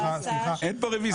אין פה רביזיה.